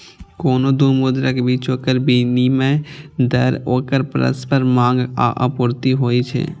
कोनो दू मुद्राक बीच ओकर विनिमय दर ओकर परस्पर मांग आ आपूर्ति होइ छै